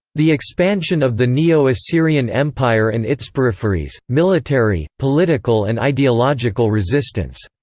the expansion of the neo-assyrian empire and itsperipheries military, political and ideological resistance